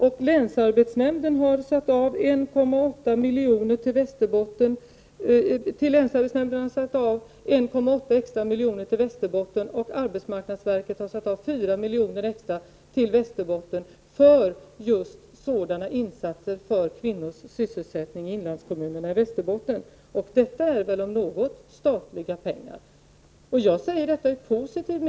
Till länsarbetsnämnden i Västerbotten har satts av 1,8 extra miljoner och arbetsmarknadsverket har satt av 4 miljoner extra till Västerbotten för just sådana insatser för kvinnors sysselsättning i inlandskommunerna i Västerbotten. Det är om något statliga pengar. Jag ser också detta som positivt.